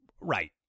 Right